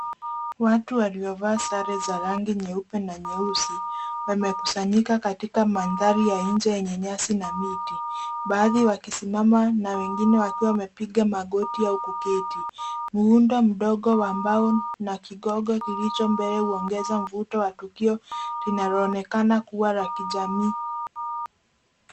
Watu waliovaa sare za rangi nyeupe na nyeusi wamekusanyika katika mandhari ya nje yenye nyasi na miti, baadhi wakisimama na wengine wamepiga magoti au kuketi. Muunda mdogo wa mbao na kigogo kilicho mbele huongeza mvuto wa tukio linaloonekana kuwa la kijamii.